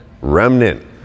remnant